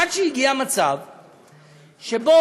עד שהגיע מצב שבו,